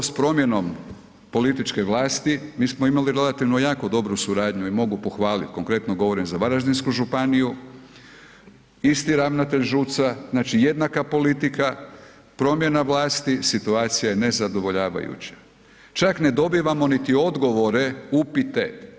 Nažalost promjenom političke vlasti, mi smo imali relativno jako dobru suradnju i mogu pohvaliti, konkretno govorim za Varaždinsku županiju, isti ravnatelj ŽUC-a jednaka politika, promjena vlasti situacija je nezadovoljavajuća, čak ne dobivamo niti odgovore upite.